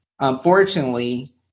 Unfortunately